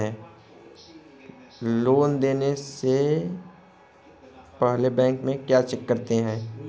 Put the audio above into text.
Loan देने से पहले बैंक में क्या चेक करते हैं?